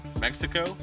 Mexico